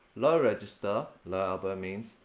low register, low elbow means.